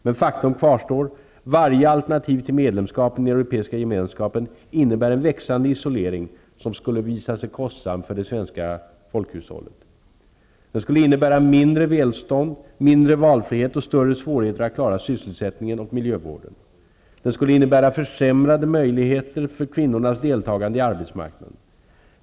Men faktum kvarstår -- varje alternativ till medlemskap i Europeiska gemenskapen innebär en växande isolering som skulle visa sig kostsam för det svenska folkhushållet. Den skulle innebära mindre välstånd, mindre valfrihet och större svårigheter att klara sysselsättningen och miljövården. Den skulle innebära försämrade möjligheter för kvinnornas deltagande i arbetsmarknaden.